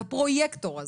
את הפרויקטור הזה,